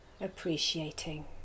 appreciating